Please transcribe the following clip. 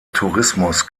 tourismus